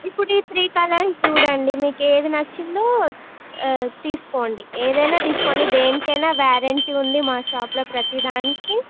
ఇప్పుడు ఈ three colours చూడండి మీకు ఏది నచ్చిందో తీసుకోండి ఏదైనా తీసుకోండి దేనికైనా వారెంటీ ఉంది మా షాప్లో ప్రతిదానికి